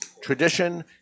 Tradition